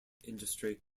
industry